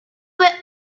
fue